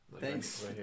Thanks